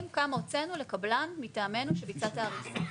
כמה הוצאנו לקבלן מטעמנו שביצע את ההריסה.